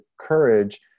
courage